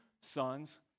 sons